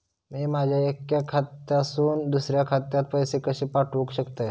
मी माझ्या एक्या खात्यासून दुसऱ्या खात्यात पैसे कशे पाठउक शकतय?